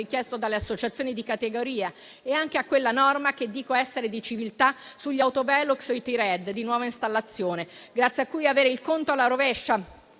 dalle associazioni di categoria, e anche a quella norma che dico essere di civiltà sugli autovelox o i T-Red di nuova installazione, grazie a cui avere il conto alla rovescia